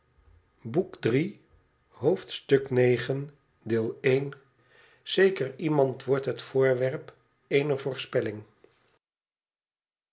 zeker iemand wordt het voorwerp eener voorspelling